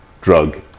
drug